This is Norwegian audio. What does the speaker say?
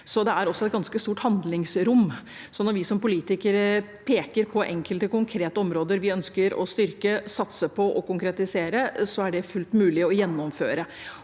så det er også et ganske stort handlingsrom. Så når vi som politikere peker på enkelte konkrete områder vi ønsker å styrke, satse på og konkretisere, er det fullt mulig å gjennomføre.